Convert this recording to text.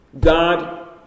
God